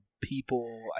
people